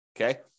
Okay